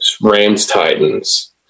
Rams-Titans